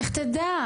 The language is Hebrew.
איך תדע?